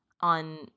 on